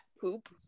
poop